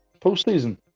postseason